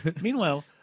Meanwhile